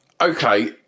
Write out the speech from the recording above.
Okay